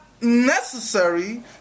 Necessary